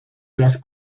las